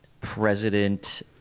president